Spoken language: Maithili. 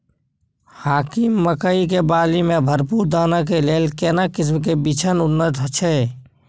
हाकीम मकई के बाली में भरपूर दाना के लेल केना किस्म के बिछन उन्नत छैय?